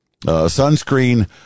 Sunscreen